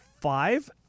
five